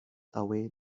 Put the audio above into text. away